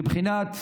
בבחינת,